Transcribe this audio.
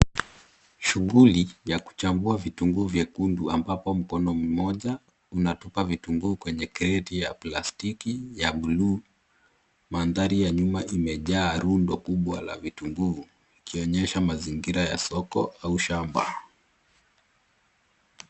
Shughuli ya kuchambua vitunguu vyekundu ambapo mkono mmoja unatupa vitunguu kwenye kreti ya plastiki ya bluu. Mandhari nyuma imejaa rundo kubwa la vitunguu ikionyesha mazingira ya soko au shamba.